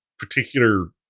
particular